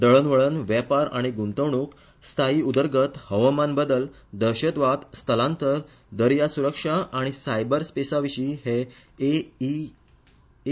दळणवळण वेपार आनी गुंतवणूक स्थायी उदरगत हवामान बदल दहशदवाद स्थलांतर दर्या सुरक्षा आनी सायबर स्पेसाविशी हे ए